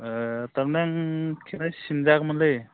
ए थारमाने आं खानाय सिनजागौमोनलै